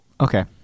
Okay